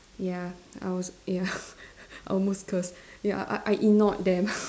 ya I was ya I almost cursed ya I I ignored them